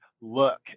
look